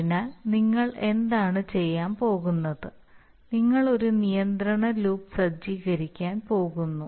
അതിനാൽ നിങ്ങൾ എന്താണ് ചെയ്യാൻ പോകുന്നത് നിങ്ങൾ ഒരു നിയന്ത്രണ ലൂപ്പ് സജ്ജീകരിക്കാൻ പോകുന്നു